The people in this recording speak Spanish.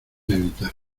evitar